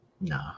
No